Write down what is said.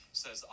says